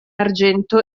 argento